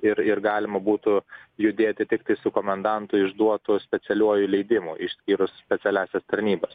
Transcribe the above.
ir ir galima būtų judėti tiktai su komendanto išduotu specialiuoju leidimu išskyrus specialiąsias tarnybas